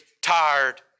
tired